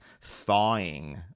thawing